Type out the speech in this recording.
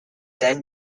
then